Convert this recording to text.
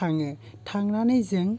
थाङो थांनानै जों